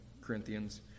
Corinthians